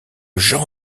jean